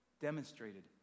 demonstrated